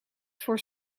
voor